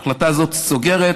ההחלטה הזאת סוגרת,